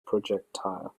projectile